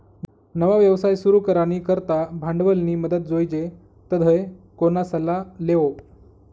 नवा व्यवसाय सुरू करानी करता भांडवलनी मदत जोइजे तधय कोणा सल्ला लेवो